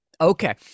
Okay